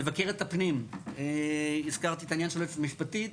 מבקרת הפנים, הזכרתי את העניין של יועצת משפטית,